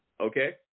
Okay